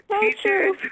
Teachers